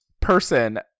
person